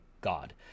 God